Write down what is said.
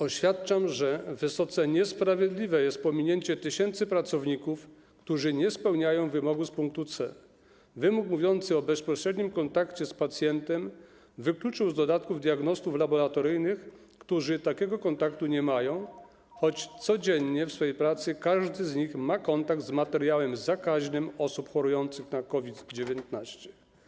Oświadczam, że wysoce niesprawiedliwe jest pominięcie tysięcy pracowników, którzy nie spełniają wymogu z pkt c. Wymóg mówiący o bezpośrednim kontakcie z pacjentem wykluczył z dodatków diagnostów laboratoryjnych, którzy takiego kontaktu nie mają, choć codziennie w swojej pracy każdy z nich ma kontakt z materiałem zakaźnym osób chorujących na COVID-19.